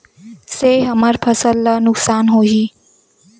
से हमर फसल ला नुकसान होही?